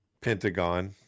Pentagon